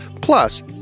Plus